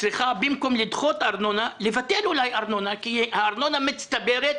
וצריכה במקום לדחות ארנונה אולי לבטל ארנונה כי הארנונה מצטברת